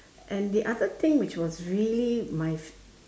and the other thing which was really my